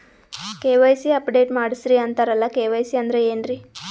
KYC update ಮಾಡಸ್ರೀ ಅಂತರಲ್ಲ KYC ಅಂದ್ರ ಏನ್ರೀ?